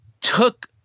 took